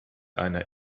einer